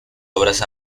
obras